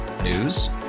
News